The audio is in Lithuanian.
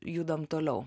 judam toliau